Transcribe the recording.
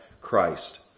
Christ